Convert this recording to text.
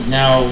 now